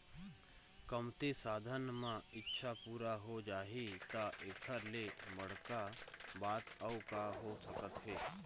कमती साधन म इच्छा पूरा हो जाही त एखर ले बड़का बात अउ का हो सकत हे